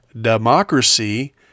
democracy